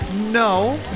No